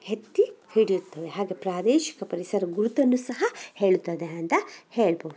ಎತ್ತಿ ಹಿಡಿಯುತ್ತವೆ ಹಾಗೇ ಪ್ರಾದೇಶಿಕ ಪರಿಸರ ಗುರುತನ್ನು ಸಹ ಹೇಳುತ್ತದೆ ಅಂತ ಹೇಳ್ಬೋದು